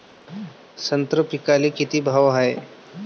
संत्रा पिकाले किती भाव हाये?